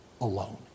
alone